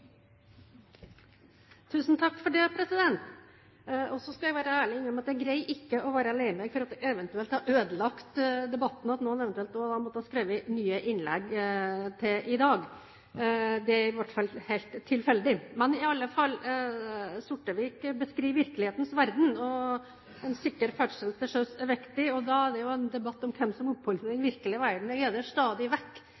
skal være ærlig og innrømme at jeg ikke greier å være lei meg for at jeg eventuelt har ødelagt debatten, og at noen eventuelt har måttet skrive nye innlegg til i dag. Det er i hvert fall helt tilfeldig. I alle fall: Sortevik beskriver virkelighetens verden. En sikker ferdsel til sjøs er viktig. Det er en debatt om hvem som oppholder seg i den